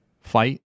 fight